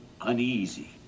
uneasy